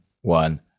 one